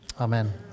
Amen